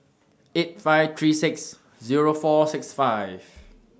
eight five three six Zero four six five